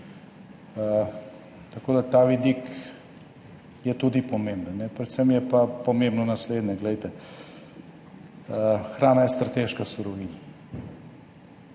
Tako da, ta vidik je tudi pomemben. Predvsem je pa pomembno naslednje, glejte. Hrana je strateška surovina.